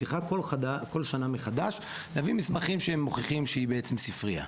ספרייה צריכה כל שנה מחדש להביא מסמכים שמוכחים שהיא בעצם ספרייה.